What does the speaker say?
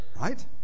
Right